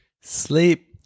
Sleep